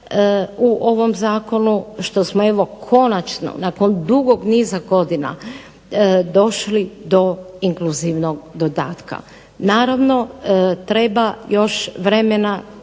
u ovom zakonu što smo evo konačno nakon dugog niza godina došli do inkluzivnog dodatka. Naravno treba još vremena